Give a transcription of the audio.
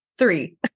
Three